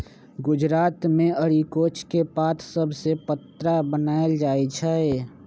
गुजरात मे अरिकोच के पात सभसे पत्रा बनाएल जाइ छइ